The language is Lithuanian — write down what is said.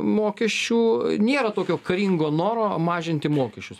mokesčių nėra tokio karingo noro mažinti mokesčius